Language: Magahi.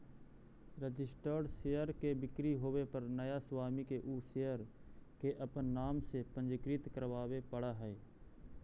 रजिस्टर्ड शेयर के बिक्री होवे पर नया स्वामी के उ शेयर के अपन नाम से पंजीकृत करवावे पड़ऽ हइ